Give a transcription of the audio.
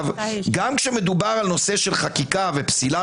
גם שאלות של אי-הבנה, יסמין.